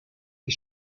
the